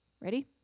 Ready